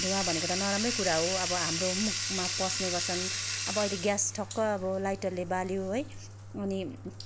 धुवा भनेको त नराम्रै कुरा हो अब हाम्रो मुखमा पस्ने गर्छ अब अहिले ग्यास ठक्क अब लाइटरले बाल्यो है अनि